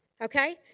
okay